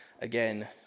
again